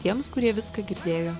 tiems kurie viską girdėjo